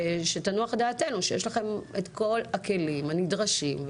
שתנוח דעתנו שיש לכם כל הכלים הנדרשים,